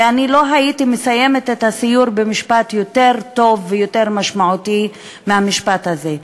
ולא הייתי מסיימת את הסיור במשפט יותר טוב ויותר משמעותי מהמשפט הזה,